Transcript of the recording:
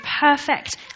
perfect